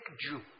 Jew